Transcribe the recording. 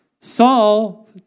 Saul